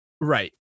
Right